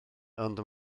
ond